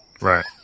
Right